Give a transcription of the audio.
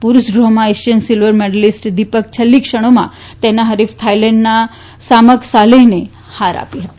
પુરૂષ ડ્રીમાં Asian silver medallist Deepak છેલ્લી ક્ષણોમાં તેના હરીફ થાઈલેન્ડના થાઈલેન્ડના સામક સાહેલને હાર આપી હતી